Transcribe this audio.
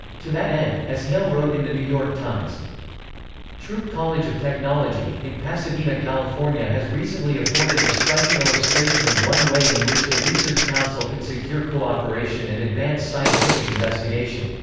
to that end, as hale wrote in the new york times throop college of technology, in pasadena california has recently afforded a striking illustration of one way in which the research council can secure co-operation and advance scientific investigation.